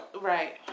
Right